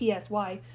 PSY